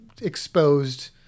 exposed